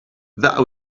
that